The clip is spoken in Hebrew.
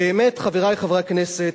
באמת, חברי חברי הכנסת,